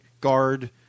guard